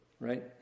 right